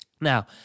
Now